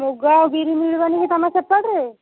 ମୁଗ ବିରି ମିଳିବନି କି ତମ ସେପଟରେ